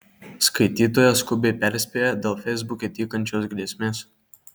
skaitytoja skubiai perspėja dėl feisbuke tykančios grėsmės